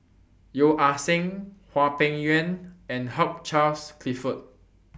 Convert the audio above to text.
Yeo Ah Seng Hwang Peng Yuan and Hugh Charles Clifford